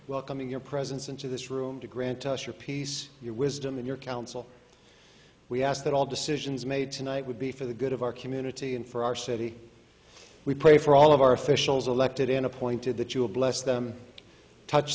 welcoming your presence into this room to grant us your peace your wisdom and your counsel we ask that all decisions made tonight would be for the good of our community and for our city we pray for all of our officials elected and appointed that you will bless them touch